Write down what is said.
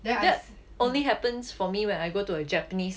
that's only happens for me when I go to a japanese